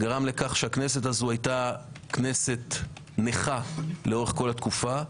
גרם לכך שהכנסת הזאת היתה כנסת נכה לאורך כל התקופה.